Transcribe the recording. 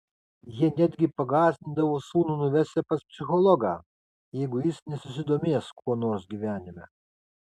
jie netgi pagąsdindavo sūnų nuvesią pas psichologą jeigu jis nesusidomės kuo nors gyvenime